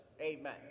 Amen